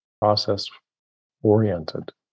process-oriented